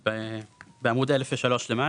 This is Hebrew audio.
בעמוד 1,003 למעלה.